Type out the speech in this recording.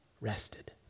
rested